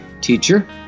Teacher